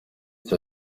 cya